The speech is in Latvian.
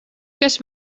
kas